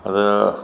അത്